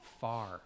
far